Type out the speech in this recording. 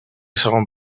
segon